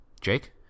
Jake